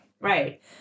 Right